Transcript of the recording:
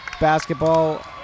basketball